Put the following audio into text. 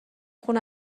خون